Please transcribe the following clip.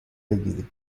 بگیری